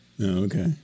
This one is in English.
Okay